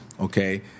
okay